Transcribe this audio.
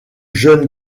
jeune